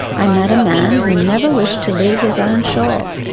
i met a man who never wished to leave his own shore,